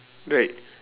right